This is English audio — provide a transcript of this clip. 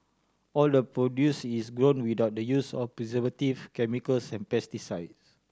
all the produce is grown without the use of preservative chemicals and pesticides